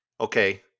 Okay